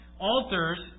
altars